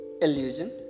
illusion